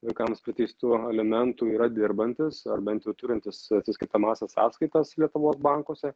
vaikams priteistų alimentų yra dirbantis ar bent jau turintis atsiskaitomąsias sąskaitas lietuvos bankuose